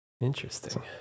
Interesting